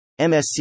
MSC